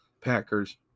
Packers